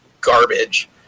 garbage